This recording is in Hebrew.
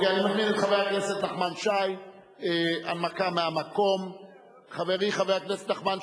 אני קובע שהצעת החוק עברה בקריאה טרומית,